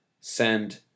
send